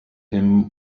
him